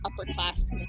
upper-class